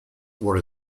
were